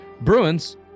Bruins